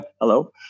hello